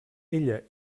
ella